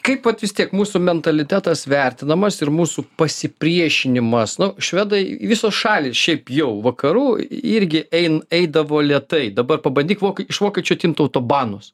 kaip vat vis tiek mūsų mentalitetas vertinamas ir mūsų pasipriešinimas nu švedai visos šalys šiaip jau vakarų irgi ein eidavo lėtai dabar pabandyk vok iš vokiečių atimt autobanus